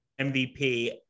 MVP